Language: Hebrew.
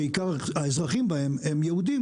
שעיקר האזרחים בהם הם יהודים,